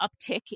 uptick